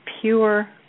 pure